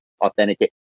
authenticate